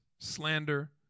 slander